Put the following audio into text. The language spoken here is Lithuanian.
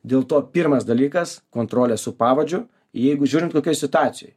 dėl to pirmas dalykas kontrolė su pavadžiu jeigu žiūrint kokioj situacijoj